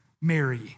Mary